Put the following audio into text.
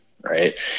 right